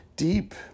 deep